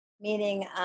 meaning